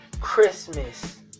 Christmas